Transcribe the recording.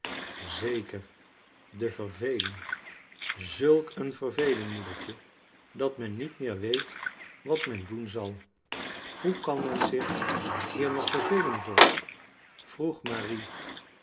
zeker de verveling zulk een verveling moedertje dat men niet meer weet wat men doen zal hoe kan men zich hier nog vervelen vorst vroeg maria